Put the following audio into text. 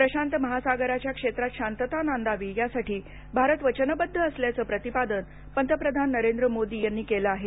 प्रशांत महासागराच्या क्षेत्रात शांतता नांदावी यासाठी भारत वचनबद्ध असल्याचं प्रतिपादन पंतप्रधान नरेंद्र मोदी केलं आहे